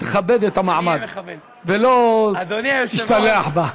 תכבד את המעמד ולא תשתלח בה.